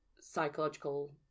psychological